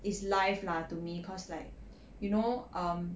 is life lah to me cause like you know um